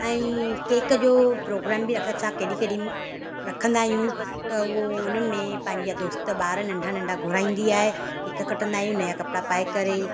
ऐं केक जो प्रोग्राम बि अक अ सां केॾी केॾी रखंदा आहियूं त उहा हुननि में पंहिंजा दोस्त ॿार नंढा नंढा घुराईंदी आहे केक कटंदा आहियूं नया कपिड़ा पाए करे